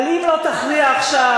אבל אם לא תכריע עכשיו,